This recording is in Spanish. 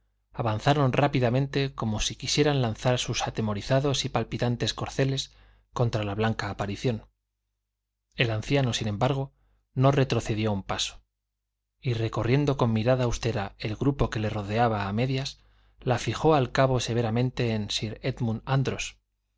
avanzaron rápidamente como si quisieran lanzar sus atemorizados y palpitantes corceles contra la blanca aparición el anciano sin embargo no retrocedió un paso y recorriendo con mirada austera el grupo que le rodeaba a medias la fijó al cabo severamente en